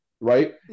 Right